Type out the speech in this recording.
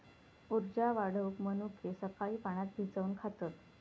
उर्जा वाढवूक मनुके सकाळी पाण्यात भिजवून खातत